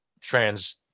trans